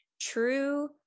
true